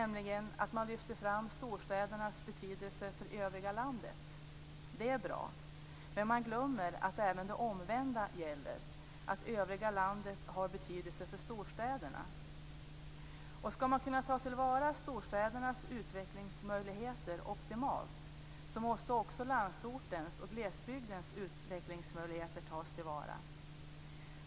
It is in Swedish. Man lyfter nämligen fram storstädernas betydelse för det övriga landet - och det är bra - men man glömmer att även det omvända gäller, dvs. att det övriga landet har betydelse för storstäderna. Skall man kunna ta till vara storstädernas utvecklingsmöjligheter optimalt, måste också landsortens och glesbygdens utvecklingsmöjligheter tas till vara.